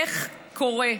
איך קורה?